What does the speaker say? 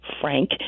Frank